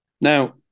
Now